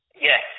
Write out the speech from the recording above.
Yes